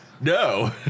No